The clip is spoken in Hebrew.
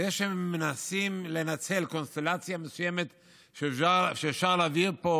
זה שמנסים לנצל קונסטלציה מסוימת שאפשר להעביר פה